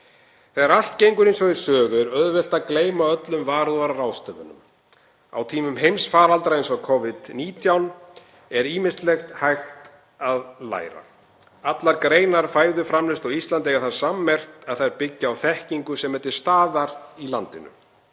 Þegar allt gengur eins og í sögu er auðvelt að gleyma öllum varúðarráðstöfunum. Á tímum heimsfaraldurs eins og Covid-19 er ýmislegt hægt að læra. Allar greinar fæðuframleiðslu á Íslandi eiga það sammerkt að þær byggja á þekkingu sem er til staðar í landinu.